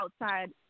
outside